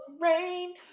rain